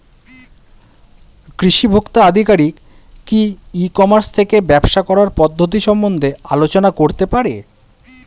কৃষি ভোক্তা আধিকারিক কি ই কর্মাস থেকে ব্যবসা করার পদ্ধতি সম্বন্ধে আলোচনা করতে পারে?